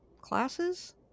Classes